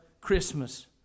Christmas